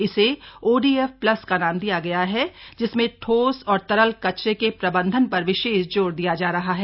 इसे ODF plus का नाम दिया गया है जिसमें ठोस और तरल कचरे के प्रबंधन पर विशेष जोर दिया जा रहा है